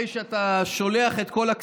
הם אפילו שוקלים להוריד